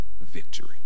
victory